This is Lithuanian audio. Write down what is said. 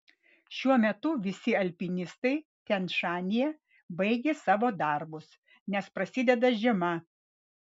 šiuo metu visi alpinistai tian šanyje baigė savo darbus nes prasideda žiema